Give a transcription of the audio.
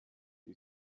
you